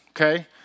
Okay